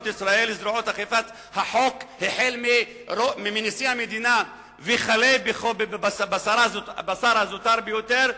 ישראל וזרועות אכיפת החוק החל בנשיא המדינה וכלה בשר הזוטר ביותר,